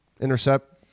intercept